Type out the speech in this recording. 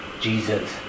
Jesus